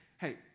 hey